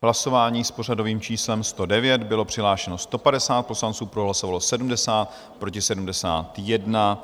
Hlasování s pořadovým číslem 109, bylo přihlášeno 150 poslanců, pro hlasovalo 70, proti 71.